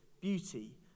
beauty